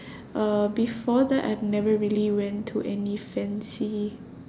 uh before that I've never really went to any fancy